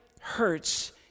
hurts